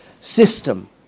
system